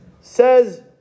Says